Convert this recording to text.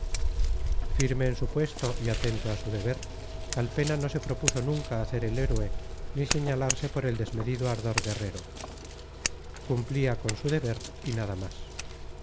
firme en su puesto y atento a su deber calpena no se propuso nunca hacer el héroe ni señalarse por el desmedido ardor guerrero cumplía con su deber y nada más